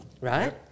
right